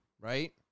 right